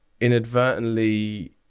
inadvertently